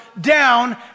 down